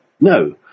no